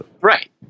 Right